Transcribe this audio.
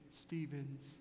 Stephen's